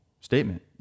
statement